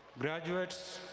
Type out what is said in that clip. graduates,